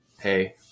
Hey